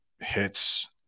hits